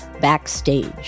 Backstage